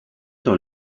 dans